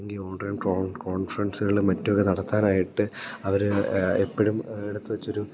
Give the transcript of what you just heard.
അല്ലെങ്കില് ഓൺലൈൻ കോൺഫ്രൻസുകള് മറ്റൊക്കെ നടത്താനായിട്ട് അവര് എപ്പോഴും എടുത്തുവച്ചൊരു